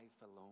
alone